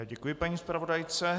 Děkuji paní zpravodajce.